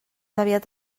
aviat